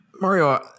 Mario